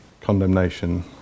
condemnation